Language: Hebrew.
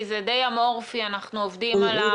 כי זה די אמורפי אנחנו עובדים עליו.